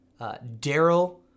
Daryl